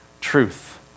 truth